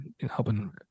helping